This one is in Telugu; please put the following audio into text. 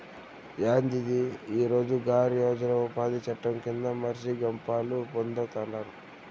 యాందిది ఈ రోజ్ గార్ యోజన ఉపాది చట్టం కింద మర్సి గప్పాలు పోతండారు